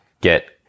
get